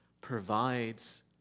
provides